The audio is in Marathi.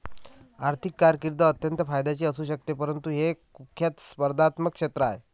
आर्थिक कारकीर्द अत्यंत फायद्याची असू शकते परंतु हे एक कुख्यात स्पर्धात्मक क्षेत्र आहे